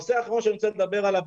נושא אחרון שאני רוצה לדבר עליו,